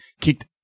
kicked